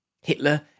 Hitler